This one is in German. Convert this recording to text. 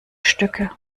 stücke